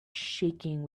shaking